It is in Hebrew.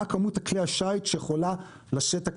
מה כמות כלי השיט שהכנרת יכולה לשאת.